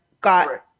got